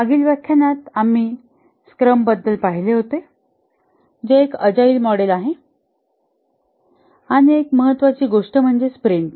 मागील व्याख्यानात आम्ही स्क्रम बद्दल पाहिले होते जे एक अजाईल मॉडेल आहे आणि एक महत्त्वाची गोष्ट म्हणजे स्प्रिंट